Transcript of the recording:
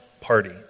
party